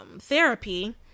therapy